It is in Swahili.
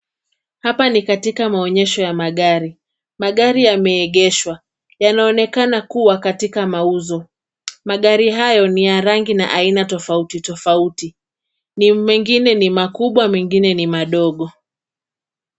Hapa ni katika maonyesho ya magari. Magari yameegeshwa. Yanaonekana kuwa katika mauzo. Magari hayo ni ya rangi tofautitofauti. Mengine ni makubwa mengine ni madogo.